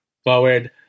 forward